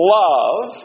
love